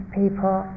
people